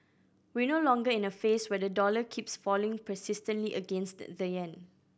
we're no longer in a phase where the dollar keeps falling persistently against the yen